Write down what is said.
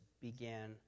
began